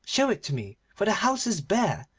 show it to me, for the house is bare,